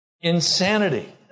Insanity